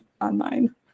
online